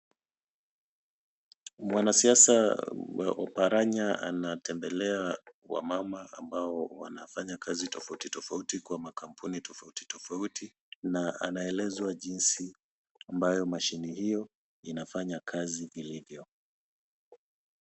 Mwanasiasa Oparanya anatembelea wamama ambao wanafanya kazi tofauti tofauti kwa makampuni tofauti tofauti na anaelezwa jinsi ambayo mashini hiyo inafanya kazi vilivyo.